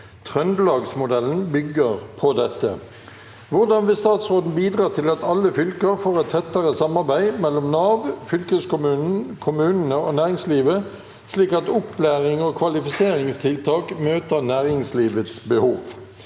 Trøndelagsmodel- len bygger på dette. Hvordan vil statsråden bidra til at alle fylker får et tettere samarbeid mellom Nav, fylkeskommunen, kom- munene og næringslivet slik at opplæring og kvalifi- seringstiltak møter næringslivets behov?»